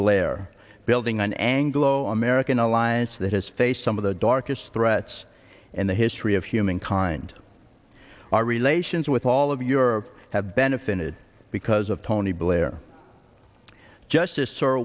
blair building an anglo american alliance that has faced some of the darkest threats in the history of humankind our relations with all of your have benefited because of tony blair justice